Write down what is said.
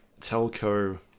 telco